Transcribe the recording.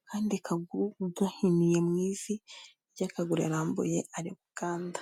akandi kaguru gahiniye mu ivi ry'akaguru arambuye ari gukanda.